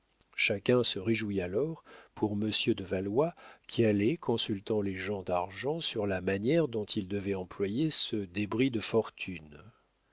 chacun se réjouit alors pour monsieur de valois qui allait consultant les gens d'argent sur la manière dont il devait employer ce débris de fortune